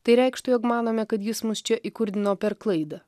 tai reikštų jog manome kad jis mus čia įkurdino per klaidą